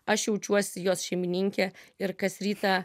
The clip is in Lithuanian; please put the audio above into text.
aš jaučiuosi jos šeimininkė ir kas rytą